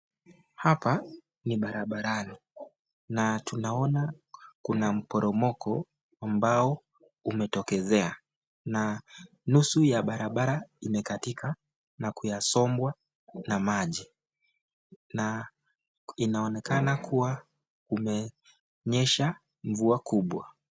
Hapa ni barabarani, na tunaona kuna mporomoko ambao umetokezea, na nusu ya barabara imekatika na kusombwa na maji, na inaonekana kuwa imenyesha mvua kubwa.